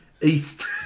east